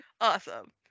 awesome